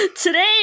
today